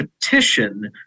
petition